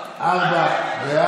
ורכישה) (תיקון מס' 99),